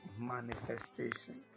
manifestation